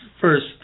first